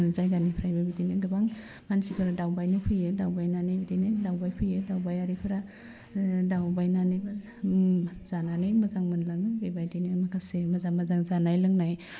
जायगानिफ्रायबो बिदिनो गोबां मानसिफोर दावबायनो फैयो दावबायनानै बिदिनो दावबाय फैयो दावबायारिफ्रा ओह दावबायनानैबो उम जानानै मोजां मोनलाङो बेबायदिनो माखासे मोजां मोजां जानाय लोंनाय